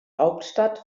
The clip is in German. hauptstadt